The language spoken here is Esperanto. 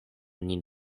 nin